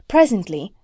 Presently